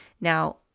now